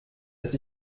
dass